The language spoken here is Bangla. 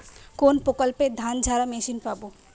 কোনপ্রকল্পে ধানঝাড়া মেশিন পাব?